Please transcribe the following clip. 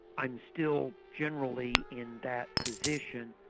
i'm still generally in that position,